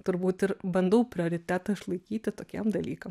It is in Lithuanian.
turbūt ir bandau prioritetą išlaikyti tokiem dalykam